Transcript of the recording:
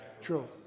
True